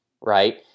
right